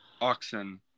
Oxen